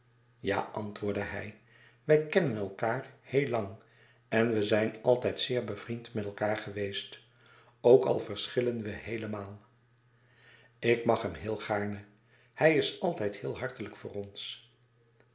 ja antwoordde hij wij kennen elkaâr heel lang en we zijn altijd zeer bevriend geweest ook al verschillen we heelemaal ik mag hem heel gaarne hij is altijd heel hartelijk voor ons